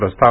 प्रस्ताव